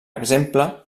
exemple